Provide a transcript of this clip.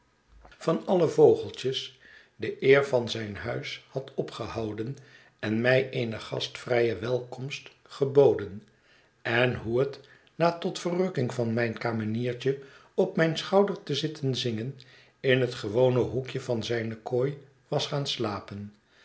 van alle vogeltjes de eer van zijn huis had opgehouden en mij eene gastvrije welkomst geboden en hoe het na tot verrukking van mijn kameniertje op mijn schouder te zitten zingen in het gewone hoekje van zijne kooi was gaan slapen